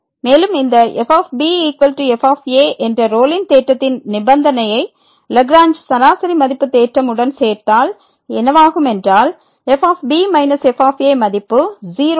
மேலும் இந்த fb f என்ற ரோலின் தேற்றத்தின் நிபந்தனையை லாக்ரேஞ்ச் சராசரி மதிப்பு தேற்றம் உடன் சேர்த்தால் என்னவாகும் என்றால் f b f மதிப்பு 0 ஆகும்